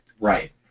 Right